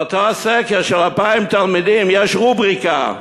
באותו הסקר, של 2,000 תלמידים, יש רובריקה: